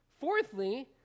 Fourthly